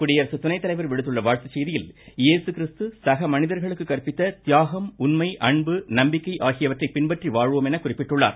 குடியரசு துணைத் தலைவர் விடுத்துள்ள வாழ்த்துச் செய்தியில் ஏசுகிறிஸ்து சக மனிதர்களுக்கு கற்பித்த தியாகம் உண்மை அன்பு நம்பிக்கை ஆகியவற்றை பின்பற்றி வாழ்வோம் என குறிப்பிட்டுள்ளார்